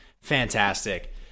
Fantastic